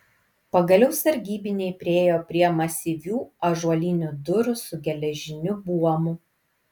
pagaliau sargybiniai priėjo prie masyvių ąžuolinių durų su geležiniu buomu